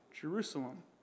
Jerusalem